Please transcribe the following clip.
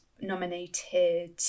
nominated